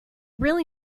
really